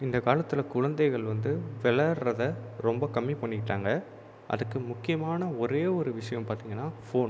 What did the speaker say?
இந்த காலத்தில் குழந்தைகள் வந்து விளாட்றத ரொம்ப கம்மி பண்ணிக்கிட்டாங்க அதுக்கு முக்கியமான ஒரே ஒரு விஷயம் பார்த்திங்கன்னா ஃபோன்